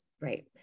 Right